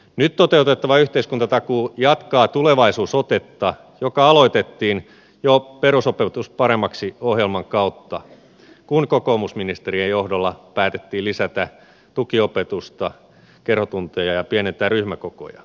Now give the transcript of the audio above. nyt toteutettava yhteiskuntatakuu jatkaa tulevaisuusotetta joka aloitettiin jo perusopetus paremmaksi ohjelman kautta kun kokoomusministerien johdolla päätettiin lisätä tukiopetusta kerhotunteja ja pienentää ryhmäkokoja